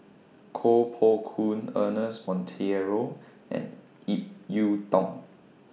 Koh Poh Koon Ernest Monteiro and Ip Yiu Tung